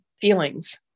feelings